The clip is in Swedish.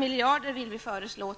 Vi vill föreslå